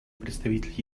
представитель